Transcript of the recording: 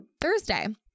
Thursday